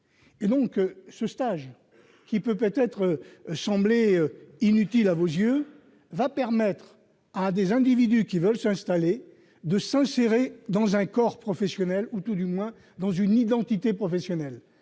Ce stage, qui peut sembler inutile à vos yeux, permettra à des personnes qui veulent s'installer de s'insérer dans un corps professionnel, ou du moins dans une identité professionnelle.